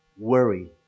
Worry